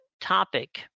topic